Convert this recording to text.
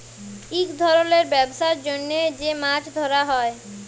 ইক ধরলের ব্যবসার জ্যনহ যে মাছ ধ্যরা হ্যয়